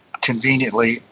conveniently